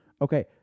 Okay